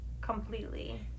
completely